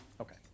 Okay